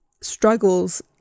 struggles